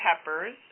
peppers